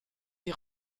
die